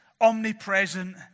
omnipresent